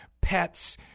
pets